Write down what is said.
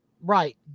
Right